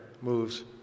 moves